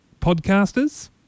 podcasters